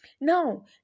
Now